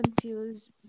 confused